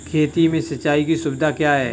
खेती में सिंचाई की सुविधा क्या है?